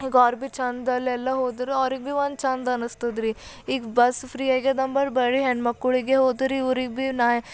ಈಗ ಅವ್ರು ಭೀ ಚೆಂದ ಅಲ್ಲೆಲ್ಲ ಹೋದ್ರೆ ಅವ್ರಿಗೆ ಭೀ ಒಂದು ಚೆಂದ ಅನ್ನಿಸ್ತದ್ರೀ ಈಗ ಬಸ್ ಫ್ರೀ ಆಗ್ಯದ ಅಂಬರ್ ಬರಿ ಹೆಣ್ಣು ಮಕ್ಕಳಿಗೆ ಹೋದ್ರೆ ಇವ್ರಿಗೆ ಭೀ ನಾನು